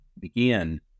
begin